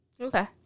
Okay